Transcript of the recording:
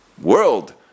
world